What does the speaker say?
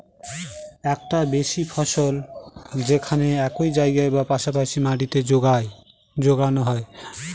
একটার বেশি ফসল যেখানে একই জায়গায় বা পাশা পাশি মাটিতে যোগানো হয়